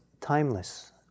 timeless